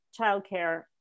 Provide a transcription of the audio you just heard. childcare